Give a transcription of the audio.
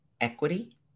equity